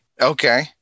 Okay